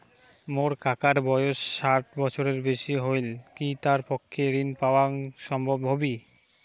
মোর কাকার বয়স ষাট বছরের বেশি হলই কি তার পক্ষে ঋণ পাওয়াং সম্ভব হবি?